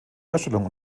herstellung